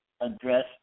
address